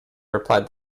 replied